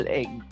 egg